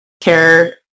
care